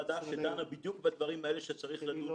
לאן הלך, בצורה שטרם נראתה.